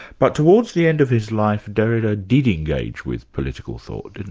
but towards the end of his life, derrida did engage with political thought, didn't